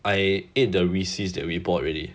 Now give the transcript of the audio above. I ate the that we bought already